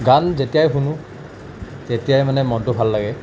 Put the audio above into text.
গান যেতিয়াই শুনো তেতিয়াই মানে মনটো ভাল লাগে